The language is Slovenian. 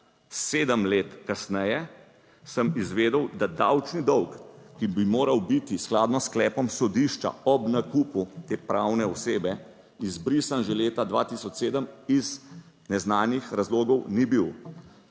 sedem let kasneje sem izvedel, da davčni dolg, ki bi moral biti skladno s sklepom sodišča ob nakupu te pravne osebe izbrisan že leta 2007, iz neznanih razlogov ni bil.